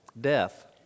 Death